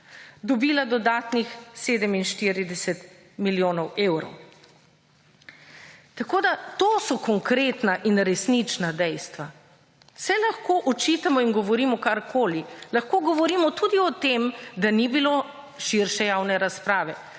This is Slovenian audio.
dobila dodatnih 47 milijonov evrov. Tako da, to so konkretna in resnična dejstva. Saj lahko očitamo in govorimo karkoli, lahko govorimo tudi o tem, da ni bilo širše javne razprave.